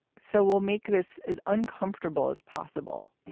so we'll make this as uncomfortable as possible